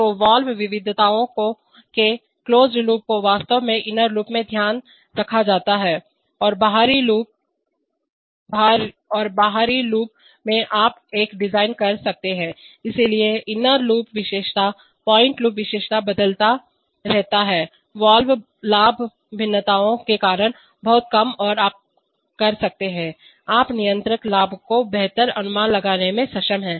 तो वाल्व विविधताओं के क्लोज्ड लूप को वास्तव में इनर लूप में ध्यान रखा जाता है और बाहरीआउटर लूप में आप एक डिजाइन कर सकते हैं इसलिए आंतरिकइनर लूप विशेषता पॉइंट लूप विशेषता बदलता रहता है वाल्व लाभ भिन्नताओं के कारण बहुत कम और आप कर सकते हैं आप नियंत्रक लाभ का बेहतर अनुमान लगाने में सक्षम हैं